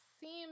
seems